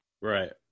Right